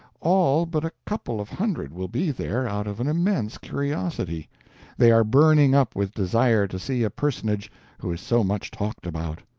all but a couple of hundred will be there out of an immense curiosity they are burning up with desire to see a personage who is so much talked about.